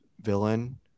villain